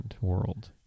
world